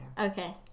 okay